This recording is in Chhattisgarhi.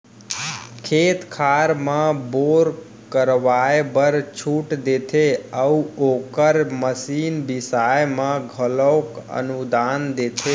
खेत खार म बोर करवाए बर छूट देते अउ ओखर मसीन बिसाए म घलोक अनुदान देथे